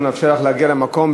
אנחנו נאפשר לך להגיע למקום.